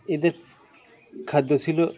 এদের খাদ্য ছিল